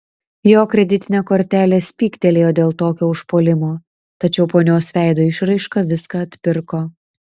jo kreditinė kortelė spygtelėjo dėl tokio užpuolimo tačiau ponios veido išraiška viską atpirko